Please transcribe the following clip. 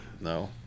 No